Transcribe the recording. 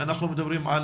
אנחנו מדברים על